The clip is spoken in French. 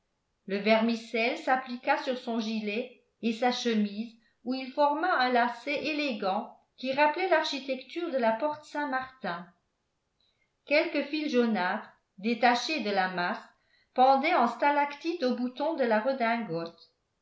le vermicelle s'appliqua sur son gilet et sa chemise où il forma un lacet élégant qui rappelait l'architecture de la porte saint-martin quelques fils jaunâtres détachés de la masse pendaient en stalactites aux boutons de la redingote